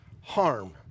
harm